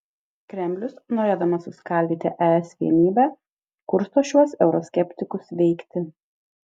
kremlius norėdamas suskaldyti es vienybę kursto šiuos euroskeptikus veikti